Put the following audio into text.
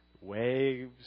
waves